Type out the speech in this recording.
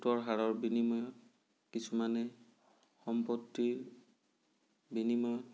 সুতৰ হাৰৰ বিনিময়ত কিছুমানে সম্পত্তিৰ বিনিময়ত